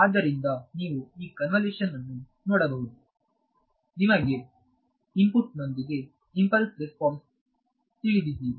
ಆದ್ದರಿಂದ ನೀವು ಈ ಕನ್ವಿಲೇಶನ್ ಅನ್ನು ನೋಡಬಹುದು ನಿಮಗೆ ಇನ್ಪುಟ್ ನೊಂದಿಗೆ ಇಂಪಲ್ಸ್ ರೆಸ್ಪಾನ್ಸ್ ತಿಳಿದಿದ್ದೀರಿ